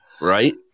right